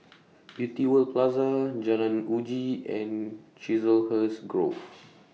Beauty World Plaza Jalan Uji and Chiselhurst Grove